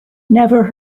never